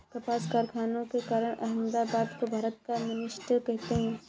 कपास कारखानों के कारण अहमदाबाद को भारत का मैनचेस्टर कहते हैं